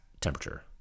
temperature